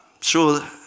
sure